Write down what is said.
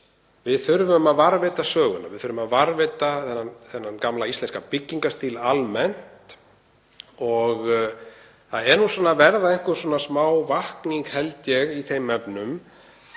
Við þurfum að varðveita söguna, við þurfum að varðveita þennan gamla íslenska byggingarstíl almennt. Það er nú að verða einhver smá vakning, held ég, í þeim efnum.